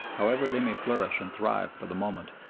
however they may flourish and thrive for the moment,